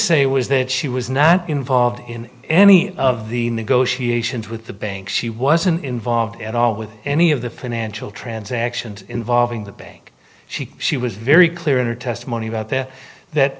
say was that she was not involved in any of the negotiations with the bank she wasn't involved at all with any of the financial transactions involving the bank she she was very clear in her testimony about there that